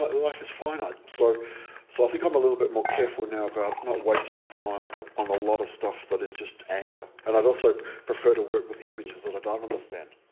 but life is finite, so so i think i'm a little bit more careful now about not wasting my time on a lot of stuff that is just anger. and i'd also prefer to work with the images that i don't understand,